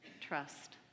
trust